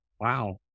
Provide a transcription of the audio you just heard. wow